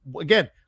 again